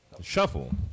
shuffle